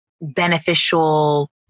beneficial